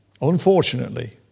unfortunately